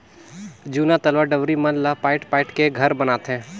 जूना तलवा डबरी मन ला पायट पायट के घर बनाथे